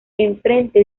enfrente